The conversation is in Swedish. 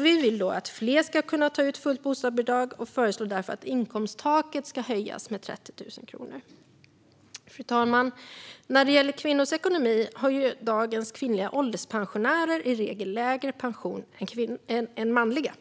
Vi vill att fler ska kunna ta ut fullt bostadsbidrag och föreslår därför att inkomsttaket ska höjas med 30 000 kronor. Fru talman! När det gäller kvinnors ekonomi har dagens kvinnliga ålderspensionärer i regel lägre pension än manliga.